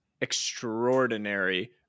extraordinary